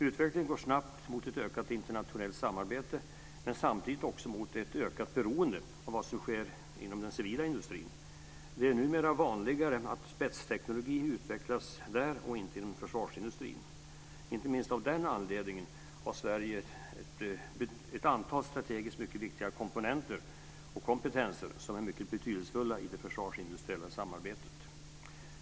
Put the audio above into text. Utvecklingen går snabbt mot ett ökat internationellt samarbete, men samtidigt också mot ett ökat beroende av vad som sker inom den civila industrin. Det är numera vanligare att spetsteknologi utvecklas där och inte inom försvarsindustrin. Inte minst av den anledningen har Sverige ett antal strategiskt mycket viktiga komponenter och kompetenser som är mycket betydelsefulla i det försvarsindustriella samarbetet.